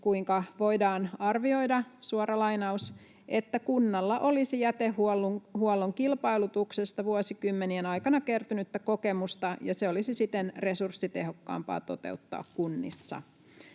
kuinka voidaan arvioida — suora lainaus — ”että kunnalla olisi jätehuollon kilpailutuksesta vuosikymmenien aikana kertynyttä kokemusta ja se olisi siten resurssitehokkaampaa toteuttaa kunnissa”.